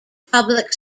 public